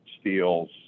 steels